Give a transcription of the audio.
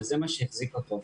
זה מה שהחזיק אותו.